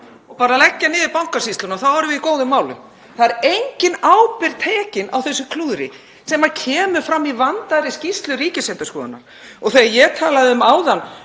eigi að leggja niður Bankasýsluna og þá séum við í góðum málum. Það er engin ábyrgð tekin á þessu klúðri sem kemur fram í vandaðri skýrslu Ríkisendurskoðunar. Þegar ég talaði áðan